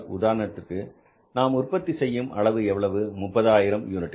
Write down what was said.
உதாரணத்திற்கு நாம் உற்பத்தி செய்யும் அளவு எவ்வளவு 30000 யூனிட்டுகள்